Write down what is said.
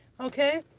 okay